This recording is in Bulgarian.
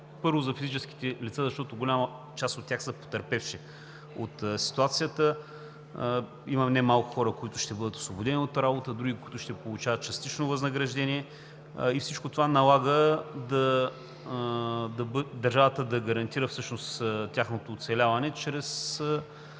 Първо, за физическите лица, защото голяма част от тях са потърпевши от ситуацията – има немалко хора, които ще бъдат освободени от работа, дори ще получават частично възнаграждение. Всичко това налага държавата да гарантира всъщност тяхното оцеляване чрез